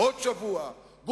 עוד שבוע.